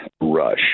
Rush